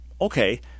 Okay